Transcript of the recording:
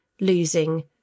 losing